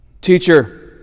Teacher